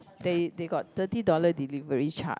they they got thirty dollar delivery charge